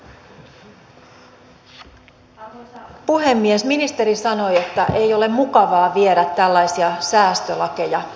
ministeri sanoi että ei ole mukavaa viedä tällaisia säästölakeja eteenpäin